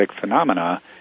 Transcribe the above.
phenomena